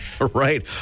right